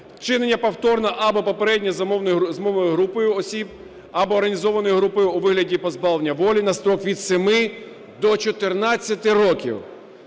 вчинення повторно або за попередньою змовою групою осіб або організованою групою у вигляді позбавлення волі на строк від 7 до 14 років.